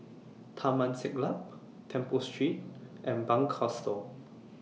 Taman Siglap Temple Street and Bunc Hostel